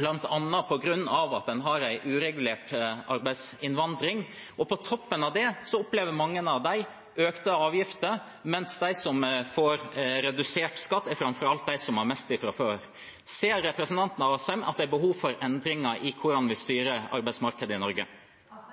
bl.a. på grunn av at en har en uregulert arbeidsinnvandring. På toppen av det opplever mange av dem økte avgifter, mens de som får redusert skatt, framfor alt er de som har mest fra før. Ser representanten Asheim at det er behov for endringer i hvordan vi styrer arbeidsmarkedet i Norge?